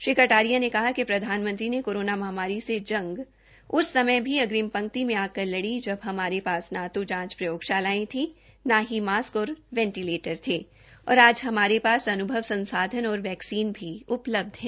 श्री कटारिया ने कहा कि प्रधानमंत्री ने कोरोना महामारी से जंग उस समय भी अग्रिम पंकित में आकर लड़ी जब हमारे पास न तो जांच प्रयोगशालायें थी न ही मास्क और वेंटिलेटर थे और आज हमारे पास अन्भव संसाधन और वैक्सीन भी है और हम वैक्सीन भी उपलब्ध करा रहे है